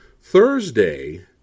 Thursday